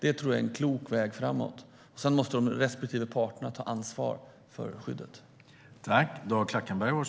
Det tror jag är en klok väg framåt. Sedan måste respektive parter ta ansvar för skyddet.